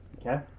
Okay